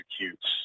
executes